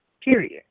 period